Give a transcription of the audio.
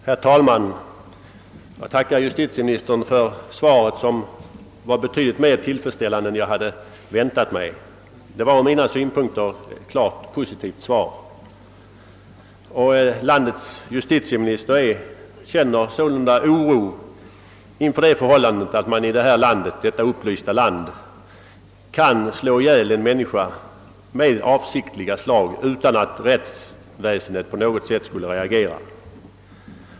Herr talman! Jag tackar justitieministern för svaret som var betydligt mer tillfredsställande än jag hade väntat mig. Det var ur mina synpunkter ett klart positivt svar. Landets justitieminister känner sålunda oro inför det förhållandet, att man i detta upplysta land kan slå ihjäl en människa med avsiktliga slag utan att rättsväsendet på något sätt reagerar.